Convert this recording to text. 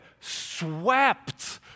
swept